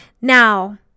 Now